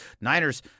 Niners